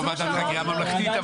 אבל לא ועדת חקירה ממלכתית.